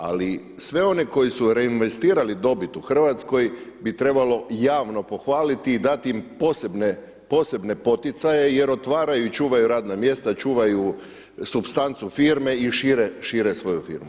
Ali sve one koji su reinvestirali dobit u Hrvatskoj bi trebalo javno pohvaliti i dati im posebne poticaje, jer otvaraju i čuvaju radna mjesta, čuvaju supstancu firme i šire svoju firmu.